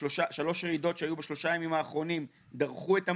שלוש הרעידות שהיו בשלושה ימים האחרונים דרכו את המערכת,